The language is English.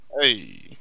Hey